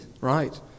right